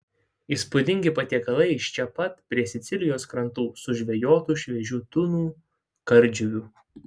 įspūdingi patiekalai iš čia pat prie sicilijos krantų sužvejotų šviežių tunų kardžuvių